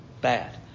bad